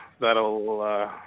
That'll